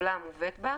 בטבלה המובאת בה,